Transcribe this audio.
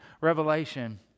Revelation